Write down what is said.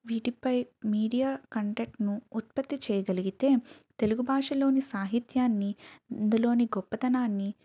వీటిపై మీడియా కంటెట్ను ఉత్పత్తి చేయగలిగితే తెలుగు భాషలోని సాహిత్యాన్ని ఇందులోని గొప్పతనాన్ని